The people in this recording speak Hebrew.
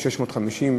ב-650,